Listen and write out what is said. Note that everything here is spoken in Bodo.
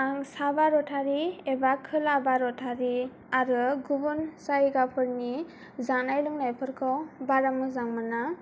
आं सा भारतारि एबा खोला भारतारि आरो गुबुन जायगाफोरनि जानाय लोंनायफोरखौ बारा मोजां मोना